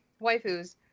waifus